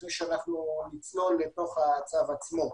לפני שנצלול לתוך הצו עצמו.